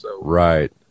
Right